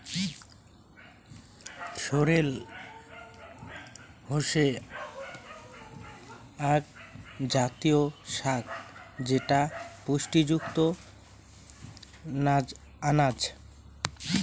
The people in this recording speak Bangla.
সোরেল হসে আক জাতীয় শাক যেটা পুষ্টিযুক্ত আনাজ